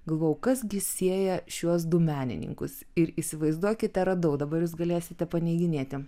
galvojau kas gi sieja šiuos du menininkus ir įsivaizduokite radau dabar jūs galėsite paneiginėti